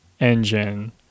engine